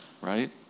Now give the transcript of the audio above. right